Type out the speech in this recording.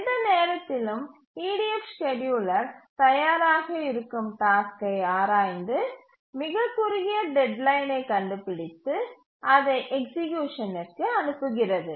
எந்த நேரத்திலும் EDF scheduler தயாராக இருக்கும் டாஸ்க்கை ஆராய்ந்து மிகக் குறுகிய டெட்லைனை கண்டுபிடித்து அதை எக்சீக்யூசனிற்கு அனுப்புகிறது